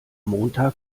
montag